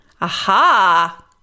Aha